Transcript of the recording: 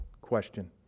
question